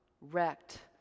wrecked